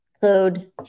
code